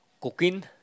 Cooking